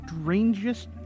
strangest